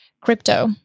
Crypto